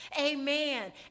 amen